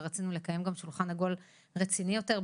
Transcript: ורצינו לקיים גם שולחן עגול רציני יותר,